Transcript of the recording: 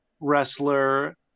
wrestler